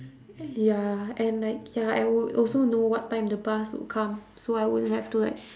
ya and like ya I would also know what time the bus would come so I won't have to like